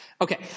Okay